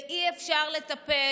אי-אפשר לטפל,